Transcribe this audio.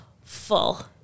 full